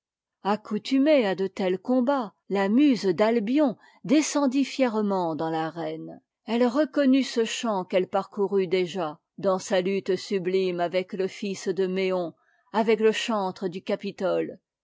accoutumée à de tels combats la muse d'at bion descendit fièrement dans l'arène elle reconnut ce champ qu'elle parcourut déjà dans sa lutte sublime avec le fils de méon avec le chantre du capitote